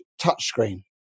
touchscreen